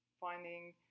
finding